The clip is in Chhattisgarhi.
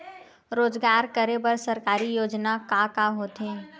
रोजगार करे बर सरकारी योजना का का होथे?